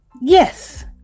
Yes